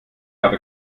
habe